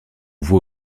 voit